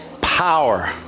Power